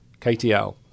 KTL